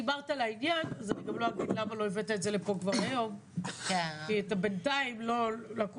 אז תביאו את עמדתכם, תגידו מה זה אומר,